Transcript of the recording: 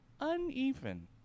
uneven